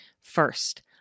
First